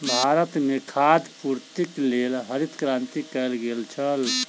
भारत में खाद्य पूर्तिक लेल हरित क्रांति कयल गेल छल